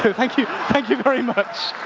so, thank you thank you very much!